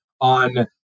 on